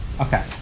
Okay